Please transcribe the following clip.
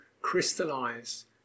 crystallize